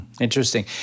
Interesting